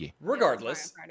regardless